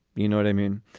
you know what i mean?